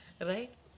Right